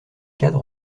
cadre